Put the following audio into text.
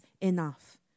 enough